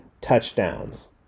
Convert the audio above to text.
touchdowns